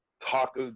talk